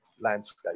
Landscape